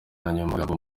magambo